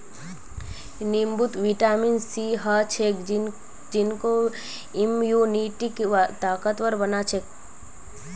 नींबूत vitamin C ह छेक जेको इम्यूनिटीक ताकतवर बना छेक